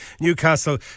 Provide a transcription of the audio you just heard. Newcastle